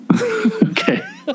Okay